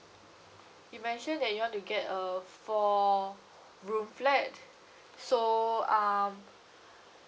you mentioned that you want to get a four room flat so um